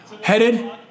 Headed